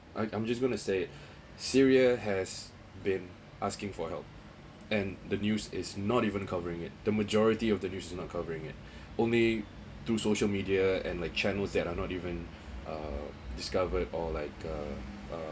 I I'm just gonna say syria has been asking for help and the news is not even covering it the majority of the news is not covering it only to social media and like channels that are not even uh discovered or like uh